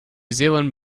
zealand